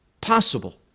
possible